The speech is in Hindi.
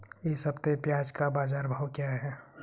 इस हफ्ते प्याज़ का बाज़ार भाव क्या है?